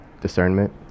discernment